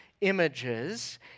images